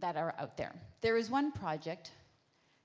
that are out there. there is one project